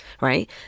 right